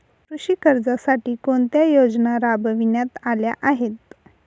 कृषी कर्जासाठी कोणत्या योजना राबविण्यात आल्या आहेत?